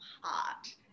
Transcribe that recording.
heart